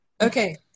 Okay